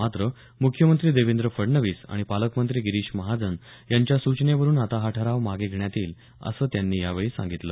मात्र मुख्यमंत्री देवेंद्र फडणवीस आणि पालकमंत्री गिरीश महाजन यांच्या सूचनेवरून आता हा ठराव मागे घेण्यात येईल असं त्यांनी यावेळी सांगितलं